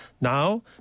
Now